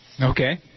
Okay